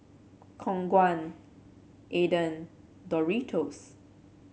Khong Guan Aden Doritos